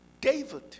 David